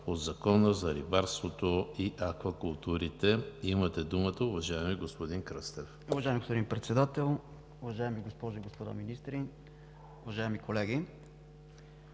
от Закона за рибарството и аквакултурите. Имате думата, уважаеми господин Кръстев. КРАСЕН КРЪСТЕВ (ГЕРБ): Уважаеми господин Председател, уважаеми госпожи и господа министри, уважаеми колеги!